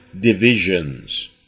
divisions